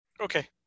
Okay